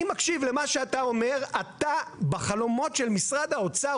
אני מקשיב למה שאתה אומר ואתה בחלומות של משרד האוצר,